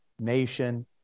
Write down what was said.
Nation